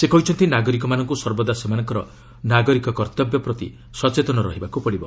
ସେ କହିଛନ୍ତି ନାଗରିକମାନଙ୍କ ସର୍ବଦା ସେମାନଙ୍କର ନାଗରିକ କର୍ତ୍ତବ୍ୟ ପ୍ରତି ସଚେତନ ରହିବାକ୍ ପଡ଼ିବ